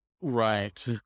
Right